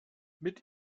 mit